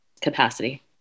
capacity